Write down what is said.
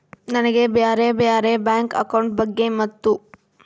ನನಗೆ ಬ್ಯಾರೆ ಬ್ಯಾರೆ ಬ್ಯಾಂಕ್ ಅಕೌಂಟ್ ಬಗ್ಗೆ ಮತ್ತು?